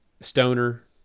Stoner